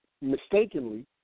mistakenly